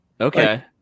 Okay